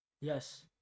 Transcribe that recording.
Yes